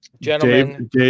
gentlemen